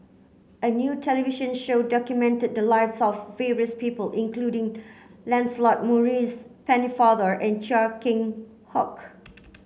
a new television show documented the lives of various people including Lancelot Maurice Pennefather and Chia Keng Hock